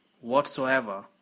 whatsoever